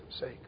sake